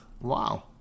wow